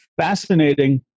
fascinating